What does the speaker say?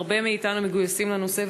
והרבה מאתנו מגויסים לנושא,